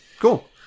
Cool